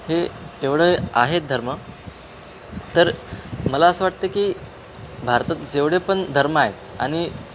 हे एवढे आहेत धर्म तर मला असं वाटतं की भारतात जेवढे पण धर्म आहेत आणि